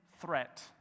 threat